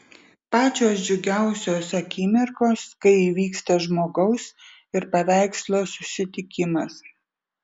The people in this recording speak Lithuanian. pačios džiugiausios akimirkos kai įvyksta žmogaus ir paveikslo susitikimas